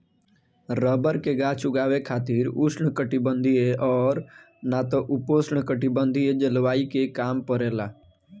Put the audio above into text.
rubber के गाछ उगावे खातिर उष्णकटिबंधीय और ना त उपोष्णकटिबंधीय जलवायु के काम परेला